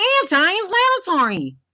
anti-inflammatory